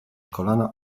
kolana